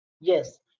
yes